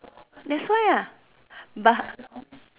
that's why ah but